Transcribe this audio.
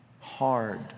hard